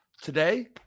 Today